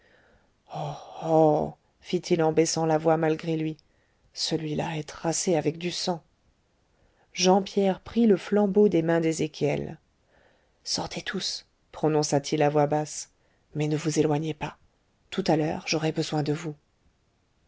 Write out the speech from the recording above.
fit-il en baissant la voix malgré lui celui-là est tracé avec du sang jean pierre prit le flambeau des mains d'ézéchiel sortez tous prononça-t-il à voix basse mais ne vous éloignez pas tout à l'heure j'aurai besoin de vous